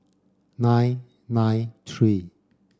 nine nine three